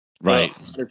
Right